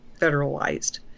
federalized